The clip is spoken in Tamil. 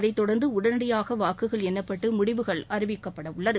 அதைத் தொடர்ந்து உடனடியாக வாக்குகள் எண்ணப்பட்டு முடிவுகள் அறிவிக்கப்படவுள்ளது